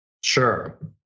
Sure